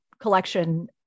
collection